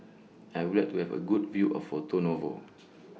I Would like to Have A Good View of Porto Novo